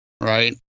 right